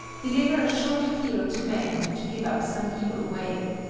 deliver a short appeal to men to give up some evil way.